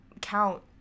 count